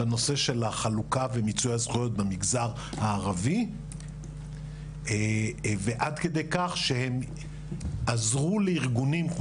בנושא של החלוקה ומיצוי הזכויות במגזר הערבי ועד כדי כך שעזרו לארגונים,